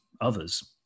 others